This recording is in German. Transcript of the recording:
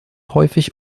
häufig